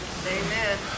Amen